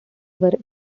were